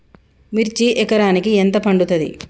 మిర్చి ఎకరానికి ఎంత పండుతది?